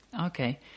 okay